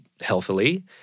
healthily